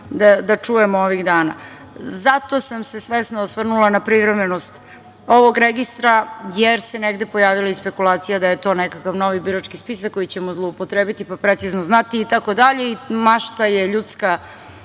da čujemo ovih dana. Zato sam se svesno osvrnula na privremenost ovog registra, jer se negde pojavila i spekulacija da je to nekakav novi birački spisak koji ćemo zloupotrebiti pa precizno znati itd. Mašta je ljudska